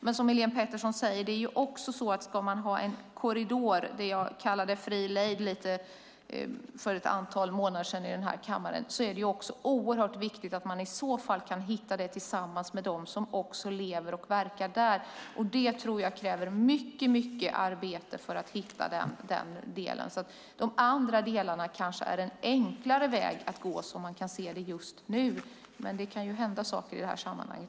Men som Helén Pettersson säger är det så att om man ska ha en korridor - det som jag för ett antal månader sedan i denna kammare kallade fri lejd - är det också oerhört viktigt att man i så fall kan hitta det tillsammans med dem som lever och verkar där. Jag tror att det kräver mycket arbete att hitta den delen. De andra delarna kanske är en enklare väg att gå som man kan se det just nu. Men det kan hända saker i detta sammanhang.